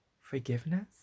forgiveness